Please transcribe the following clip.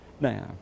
now